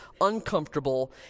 uncomfortable